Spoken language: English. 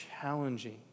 challenging